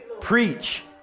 preach